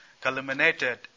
culminated